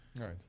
Right